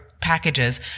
packages